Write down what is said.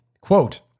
Quote